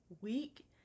week